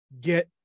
get